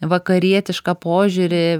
vakarietišką požiūrį